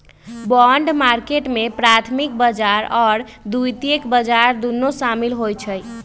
bond market में प्राथमिक बजार आऽ द्वितीयक बजार दुन्नो सामिल होइ छइ